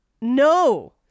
no